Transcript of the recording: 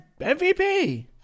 MVP